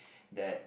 that